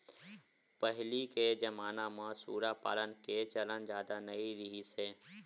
पहिली के जमाना म सूरा पालन के चलन जादा नइ रिहिस हे